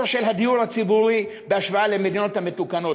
של הדיור הציבורי בהשוואה למדינות המתוקנות.